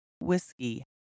Whiskey